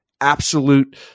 absolute